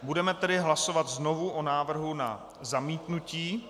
Budeme tedy hlasovat znovu o návrhu na zamítnutí.